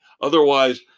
Otherwise